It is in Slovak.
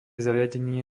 zariadenie